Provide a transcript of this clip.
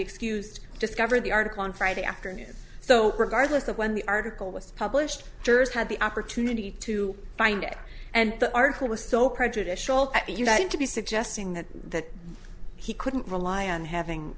excused discover the article on friday afternoon so regardless of when the article was published jurors had the opportunity to find it and the article was so prejudicial at united to be suggesting that that he couldn't rely on having